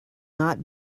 not